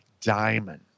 Diamond